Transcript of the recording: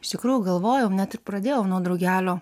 iš tikrųjų galvojom net ir pradėjom nuo drugelio